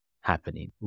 happening